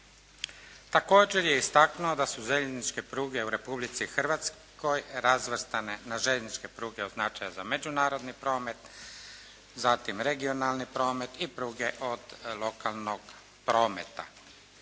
Također je istaknuo da su željezničke pruge u Republici Hrvatskoj razvrstane na željezničke pruge od značaja za međunarodni promet zatim regionalni promet i pruge od lokalnog prometa.